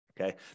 okay